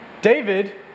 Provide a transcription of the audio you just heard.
David